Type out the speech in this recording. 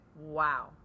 Wow